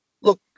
look